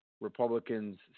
Republicans